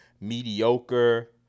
mediocre